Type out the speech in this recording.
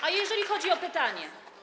A jeżeli chodzi o pytanie.